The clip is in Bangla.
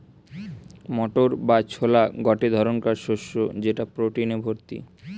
মোটর বা ছোলা গটে ধরণকার শস্য যেটা প্রটিনে ভর্তি